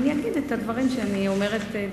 אני אגיד את הדברים שאני אומרת בכלל.